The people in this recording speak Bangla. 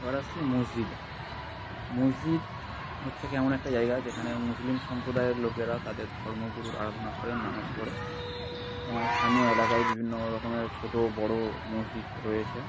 এবার আসছি মসজিদে মসজিদ হচ্ছে কি এমন একটা জায়গা যেখানে মুসলিম সম্প্রদায়ের লোকেরা তাদের ধর্মগুরুর আরাধনা করে নমাজ পড়ে স্থানীয় এলাকায় বিভিন্ন রকমের ছোট বড়ো মসজিদ রয়েছে